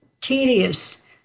tedious